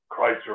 Chrysler